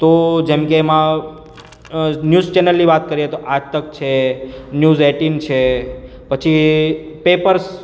તો જેમ કે એમાં ન્યૂઝ ચેનલની વાત કરીએ તો આજતક છે ન્યુઝ એટીન છે પછી પેપર્સ